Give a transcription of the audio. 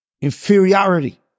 inferiority